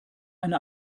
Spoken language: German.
eine